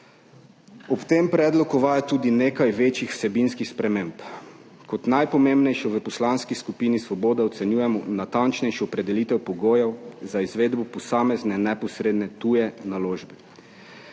Ob tem predlog uvaja tudi nekaj večjih vsebinskih sprememb. Kot najpomembnejšo v Poslanski skupini Svoboda ocenjujemo natančnejšo opredelitev pogojev za izvedbo posamezne neposredne tuje naložbe.